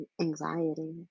anxiety